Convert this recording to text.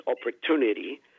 opportunity